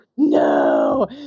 No